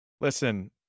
Listen